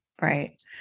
Right